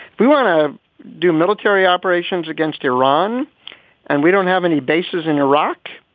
we want to do military operations against iran and we don't have any bases in iraq.